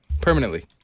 permanently